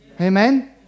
Amen